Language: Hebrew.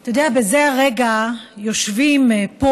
אתה יודע, בזה הרגע יושבים פה